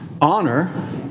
honor